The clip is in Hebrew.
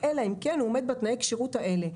אלא אם כן הוא עומד בתנאי הכשירות האלה.